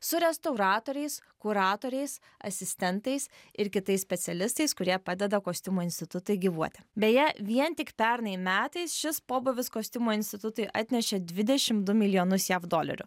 su restauratoriais kuratoriais asistentais ir kitais specialistais kurie padeda kostiumų institutui gyvuoti beje vien tik pernai metais šis pobūvis kostiumo institutui atnešė dvidešim du milijonus jav dolerių